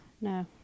No